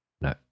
No